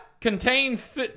contains